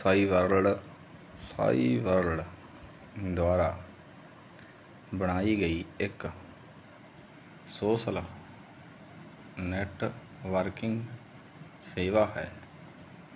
ਸਾਈ world Cyworld ਦੁਆਰਾ ਬਣਾਈ ਗਈ ਇੱਕ ਸੋਸਲ ਨੈੱਟ ਵਰਕਿੰਗ ਸੇਵਾ ਹੈ